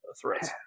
threats